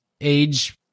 age